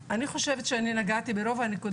אני חושבת שאני נגעתי ברוב הנקודות.